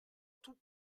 tout